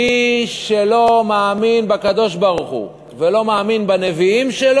מי שלא מאמין בקדוש-ברוך-הוא ולא מאמין בנביאיו,